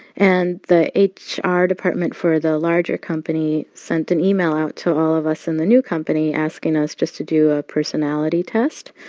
and the ah hr department for the larger company sent an email out to all of us in the new company, asking us just to do a personality test.